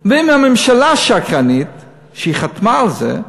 ואם הממשלה שקרנית שהרי היא חתמה על זה,